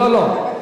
לא, לא.